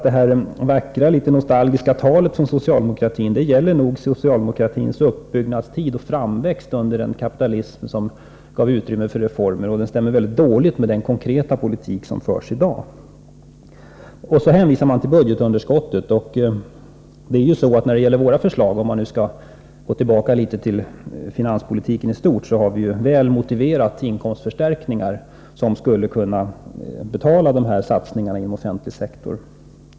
Det vackra, litet nostalgiska talet från socialdemokratin gäller nog socialdemokratins framväxt och uppbyggnadstid under den kapitalism som gav utrymme för reformer, men det stämmer väldigt dåligt med den konkreta politik som förs i dag. Så hänvisar man till budgetunderskottet. Om man skall gå tillbaka litet till finanspolitiken i stort, så har vi i våra förslag väl motiverade inkomstförstärkningar som skulle kunna betala satsningarna inom offentlig sektor.